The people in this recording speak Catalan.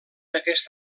aquest